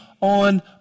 on